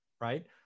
right